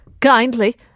kindly